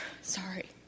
sorry